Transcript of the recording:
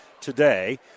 today